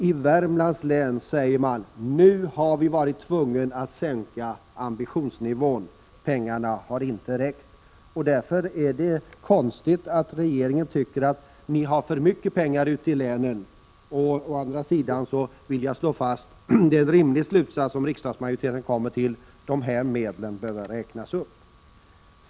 I Värmlands län säger man: Nu har vi varit tvungna att sänka ambitionsnivån — pengarna har inte räckt. Det är därför konstigt att regeringen tycker att det finns för mycket pengar ute i länen. Å andra sidan vill jag slå fast — det är en rimlig slutsats som riksdagsmajoriteten kommer fram till — att dessa medel bör räknas upp.